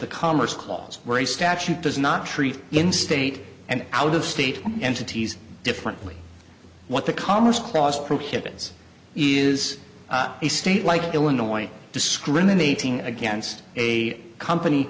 the commerce clause where a statute does not treat in state and out of state entities differently what the commerce clause prohibits is a state like illinois discriminating against a company